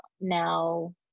now